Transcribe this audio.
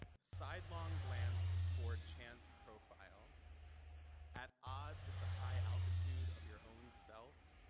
sidelong glance toward chance profile at odds with the high altitude of your own self,